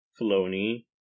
Filoni